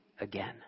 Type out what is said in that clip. again